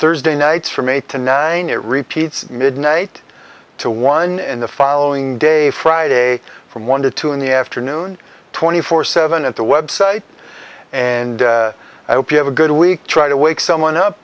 thursday nights from eight to nine your repeats midnight to one and the following day friday from one to two in the afternoon twenty four seven at the website and i hope you have a good week try to wake someone up